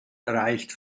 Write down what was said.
reicht